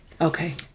Okay